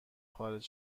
خارج